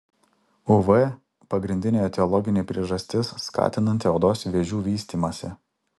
uv pagrindinė etiologinė priežastis skatinanti odos vėžių vystymąsi